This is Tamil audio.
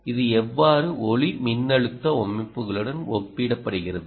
இது எவ்வாறு ஒளிமின்னழுத்த அமைப்புகளுடன் ஒப்பிடப்படுகிறது